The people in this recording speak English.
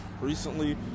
recently